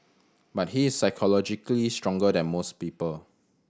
but he is psychologically stronger than most people